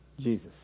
Jesus